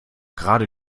gerade